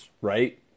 right